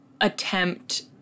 attempt